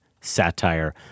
satire